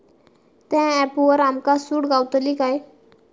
त्या ऍपवर आमका सूट गावतली काय?